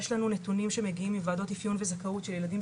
יש לנו נתונים שמגיעים מוועדות אפיון וזכאות שילדים